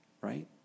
right